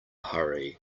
hurry